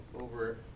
over